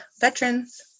veterans